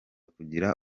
kugira